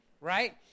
Right